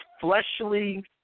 fleshly